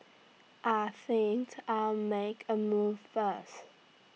I think I'll make A move first